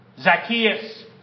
Zacchaeus